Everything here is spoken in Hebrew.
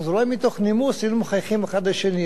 אז אולי מתוך נימוס היינו מחייכים האחד לשני,